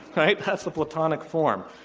right? that's a platonic form.